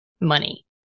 money